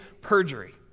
perjury